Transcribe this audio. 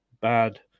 Bad